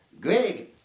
Greg